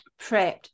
prepped